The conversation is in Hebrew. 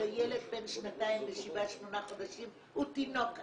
הרי ילד בן שנתיים ושבעה-שמונה חודשים הוא תינוק עדיין.